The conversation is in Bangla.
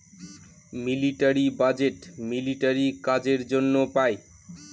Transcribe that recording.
মিলিটারি বাজেট মিলিটারি কাজের জন্য পাই